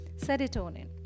serotonin